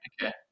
Okay